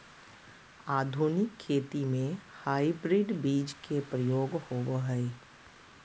आधुनिक खेती में हाइब्रिड बीज के प्रयोग होबो हइ